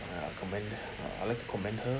I'll commend uh I'll like to commend her